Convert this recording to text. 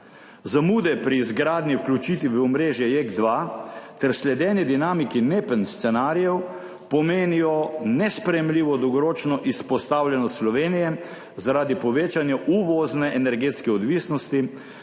Zamude pri izgradnji, vključitvi v omrežje JEK-2 ter sledenje dinamiki NEPN scenarijev pomenijo nesprejemljivo dolgoročno izpostavljenost Slovenije zaradi povečanja uvozne energetske odvisnosti,